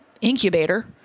incubator